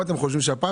מיליון